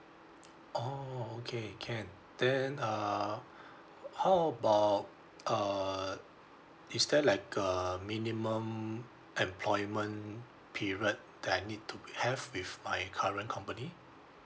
oh okay can then err how about err is there like a minimum employment period that I need to be have with my current company